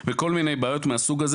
וכל מיני בעיות מהסוג הזה.